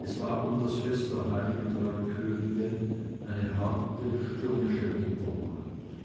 es war um das fest der heiligen drei könige eine harte stürmische winternacht